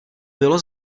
bylo